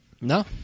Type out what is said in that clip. no